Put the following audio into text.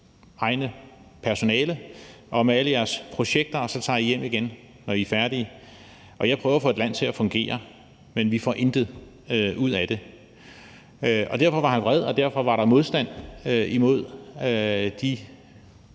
eget personale og med alle jeres projekter, og så tager I hjem igen, når I er færdige. Jeg prøver at få et land til at fungere, men vi får intet ud af det. Derfor var han vred, og derfor var der modstand imod de